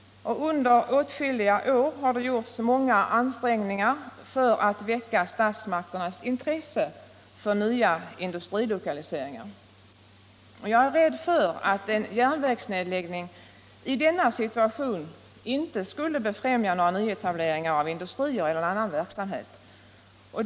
Under åtskilliga år har det gjorts många ansträngningar för att väcka statsmakternas intresse för nya industrilokaliseringar. Jag är rädd för att en järnvägsnedläggning i denna situation inte skulle befrämja några nyetableringar av industrier eller annan verksamhet.